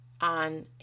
on